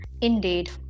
indeed